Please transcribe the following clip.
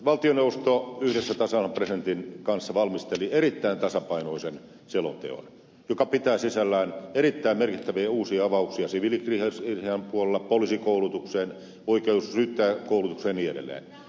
valtioneuvosto yhdessä tasavallan presidentin kanssa valmisteli erittäin tasapainoisen selonteon joka pitää sisällään erittäin merkittäviä uusia avauksia siviilikriisihallinnan puolella poliisikoulutukseen oikeus ja syyttäjäkoulutukseen ja niin edelleen